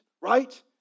right